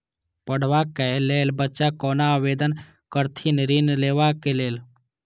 पढ़वा कै लैल बच्चा कैना आवेदन करथिन ऋण लेवा के लेल?